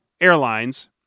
airlines